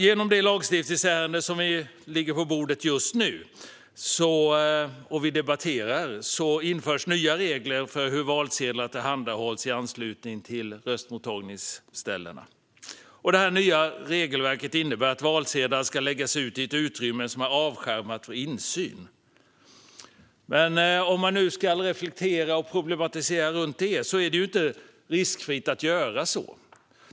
Genom det lagstiftningsärende som just nu ligger på bordet, och som vi debatterar, införs nya regler för hur valsedlar ska tillhandahållas i anslutning till röstmottagningsställena. Det nya regelverket innebär att valsedlar ska läggas i ett utrymme som är avskärmat för insyn. Men man kan reflektera och problematisera runt det: Det är inte riskfritt att göra så.